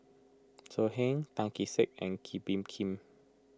So Heng Tan Kee Sek and Kee Bee Khim